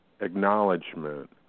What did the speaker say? acknowledgement